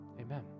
Amen